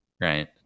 right